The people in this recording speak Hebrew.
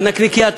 בנקניקייה,